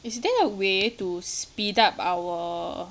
is there a way to speed up our